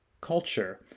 culture